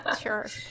Sure